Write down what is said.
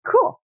Cool